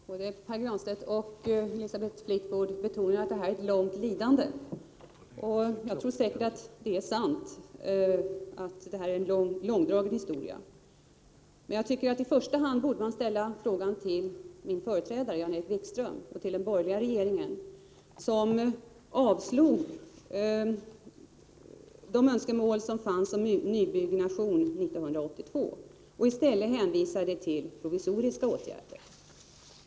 Herr talman! Både Pär Granstedt och Elisabeth Fleetwood betonar att det här varit ett långt lidande. Det är säkerligen riktigt att detta varit en långdragen historia. Men jag tycker att man i första hand borde ställa frågan till min företrädare Jan-Erik Wikström och till den borgerliga regeringen, som 1982 tillbakavisade de önskemål om nybyggnad som då fanns. I stället hänvisade man till provisoriska åtgärder.